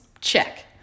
check